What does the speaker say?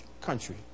country